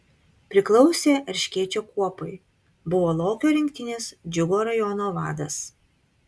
priklausė erškėčio kuopai buvo lokio rinktinės džiugo rajono vadas